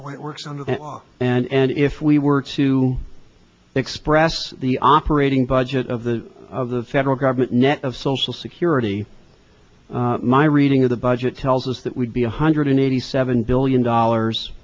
the way it works on the law and if we were to express the operating budget of the of the federal government net of social security my reading of the budget tells us that would be one hundred eighty seven billion dollars